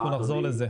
אנחנו נחזור לזה.